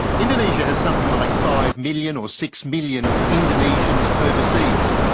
indonesia has something like five million or six million indonesians overseas,